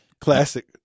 Classic